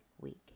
week